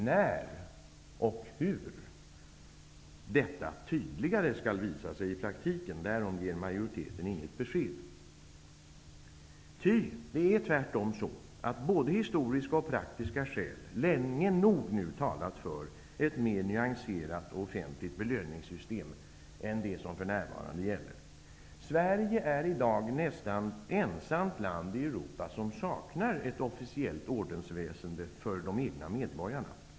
När och hur detta tydligare skall visa sig i praktiken, därom ger majoriteten inget besked. Det är tvärtom så, att både historiska och praktiska skäl nu länge nog talat för ett mer nyanserat, offentligt belöningssystem än det som för närvarande gäller. Sverige är i dag nästan det enda land i Europa som saknar ett officiellt ordensväsende för de egna medborgarna.